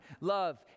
Love